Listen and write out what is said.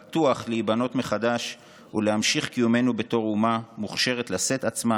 בטוח להיבנות מחדש ולהמשיך קיומנו בתור אומה מוכשרת לשאת את עצמה